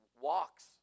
walks